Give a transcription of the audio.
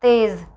तेज़